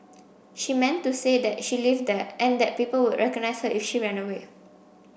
she meant to say that she lived there and that people would recognise her if she ran away